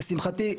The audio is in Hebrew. לשמחתי,